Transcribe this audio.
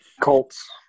Colts